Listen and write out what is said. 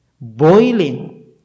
boiling